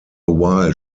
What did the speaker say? while